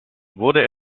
wurde